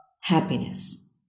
happiness